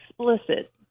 explicit